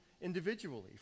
individually